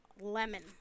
lemon